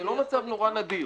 זה לא מצב נורא נדיר,